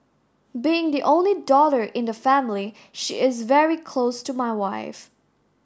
being the only daughter in the family she is very close to my wife